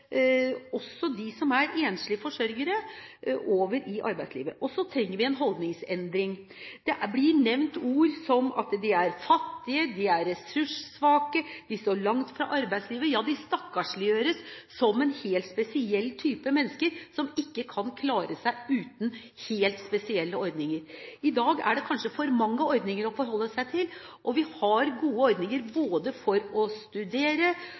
også å få dem som er enslige forsørgere, over i arbeidslivet. Vi trenger også en holdningsendring. Det blir nevnt at enslige forsørgere er fattige, de er ressurssvake, de står langt fra arbeidslivet, ja, de stakkarsliggjøres som en helt spesiell type mennesker, som ikke kan klare seg uten helt spesielle ordninger. I dag er det kanskje for mange ordninger å forholde seg til. Vi har gode ordninger både for å studere